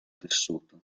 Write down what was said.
tessuto